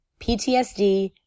PTSD